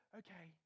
okay